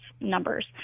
Numbers